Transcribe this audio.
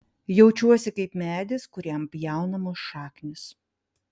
jaučiuosi kaip medis kuriam pjaunamos šaknys